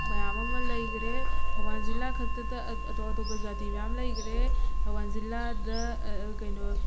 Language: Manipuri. ꯃꯌꯥꯝ ꯑꯃ ꯂꯩꯈꯔꯦ ꯊꯧꯕꯥꯜ ꯖꯤꯂꯥ ꯈꯛꯇꯗ ꯑꯇꯣꯞ ꯑꯇꯣꯞꯄ ꯖꯥꯇꯤ ꯃꯌꯥꯝ ꯑꯃ ꯂꯩꯈꯔꯦ ꯊꯧꯕꯥꯜ ꯖꯤꯂꯥꯗ ꯀꯩꯅꯣ